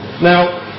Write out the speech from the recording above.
Now